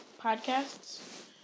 podcasts